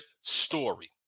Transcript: story